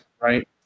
right